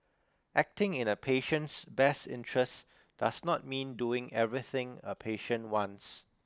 acting in a patient's best interests does not mean doing everything a patient wants